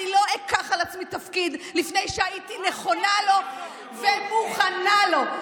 אני לא אקח על עצמי תפקיד לפני שהייתי נכונה לו ומוכנה לו.